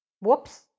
Whoops